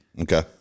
Okay